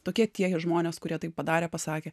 tokie tie žmonės kurie taip padarė pasakė